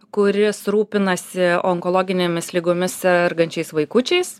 kuris rūpinasi onkologinėmis ligomis sergančiais vaikučiais